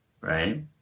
right